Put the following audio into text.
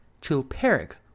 Chilperic